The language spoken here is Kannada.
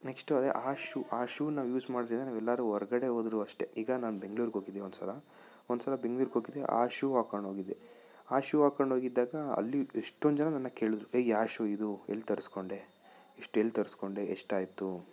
ನೆಕ್ಸ್ಟು ಅದೆ ಆ ಶೂ ಆ ಶೂ ನಾವು ಯೂಸ್ ಮಾಡಿದ್ರೆ ನಾವು ಎಲ್ಲಾದ್ರು ಹೊರ್ಗಡೆ ಹೋದ್ರು ಅಷ್ಟೇ ಈಗ ನಾನು ಬೆಂಗ್ಳೂರಿಗೆ ಹೋಗಿದ್ದೆ ಒಂದು ಸಲ ಒಂದು ಸಲ ಬೆಂಗ್ಳೂರಿಗೆ ಹೋಗಿದ್ದೆ ಆ ಶೂ ಹಾಕ್ಕೊಂಡು ಹೋಗಿದ್ದೆ ಆ ಶೂ ಹಾಕ್ಕೊಂಡು ಹೋಗಿದ್ದಾಗ ಅಲ್ಲಿ ಎಷ್ಟೊಂದು ಜನ ನನ್ನ ಕೇಳಿದ್ರು ಏ ಯಾವ ಶೂ ಇದು ಎಲ್ಲಿ ತರಿಸ್ಕೊಂಡೆ ಎಷ್ಟು ಎಲ್ಲಿ ತರಿಸ್ಕೊಂಡೆ ಎಷ್ಟಾಯ್ತು